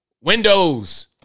Windows